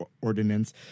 ordinance